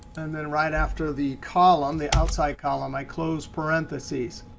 and then right after the column, the outside column i close parentheses.